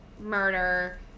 murder